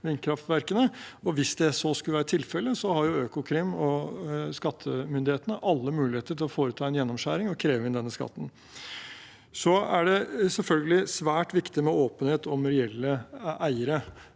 Hvis det skulle være tilfellet, har Økokrim og skattemyndighetene alle muligheter til å foreta en gjennomskjæring og kreve inn denne skatten. Det er selvfølgelig svært viktig med åpenhet om reelle eiere,